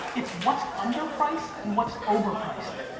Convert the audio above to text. it's what's under priced and what's over priced.